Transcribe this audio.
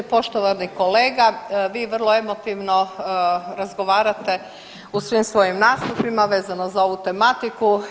Poštovani kolega, vi vrlo emotivno razgovarate u svim svojim nastupima vezano za ovu tematiku.